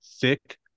thick